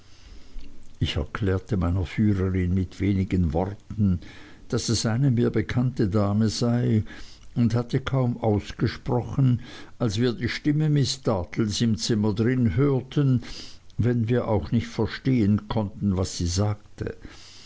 ich erklärte meiner führerin mit wenigen worten daß es eine mir bekannte dame sei und hatte kaum ausgesprochen als wir die stimme miß dartles im zimmer drin hörten wenn wir auch nicht verstehen konnten was sie sagte